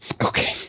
Okay